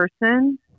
person